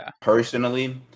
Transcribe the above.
Personally